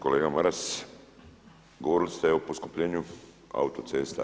Kolega Maras, govorili ste o poskupljenju autocesta.